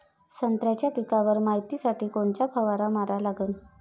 संत्र्याच्या पिकावर मायतीसाठी कोनचा फवारा मारा लागन?